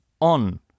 on